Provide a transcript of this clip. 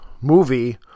movie